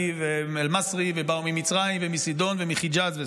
ואל-מסרי והם באו ממצרים ומצידון ומחג'אז.